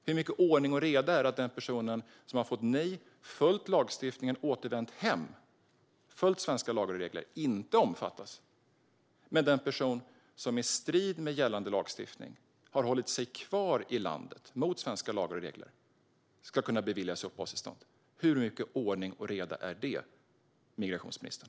Hur mycket ordning och reda är det att den person som har fått nej, följt svenska lagar och regler och återvänt hem inte omfattas, medan den person som i strid med gällande lagstiftning har hållit sig kvar i landet, mot svenska lagar och regler, ska kunna beviljas uppehållstillstånd? Hur mycket ordning och reda är det, migrationsministern?